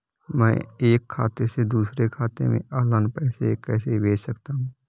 मैं एक खाते से दूसरे खाते में ऑनलाइन पैसे कैसे भेज सकता हूँ?